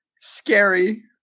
Scary